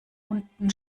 unten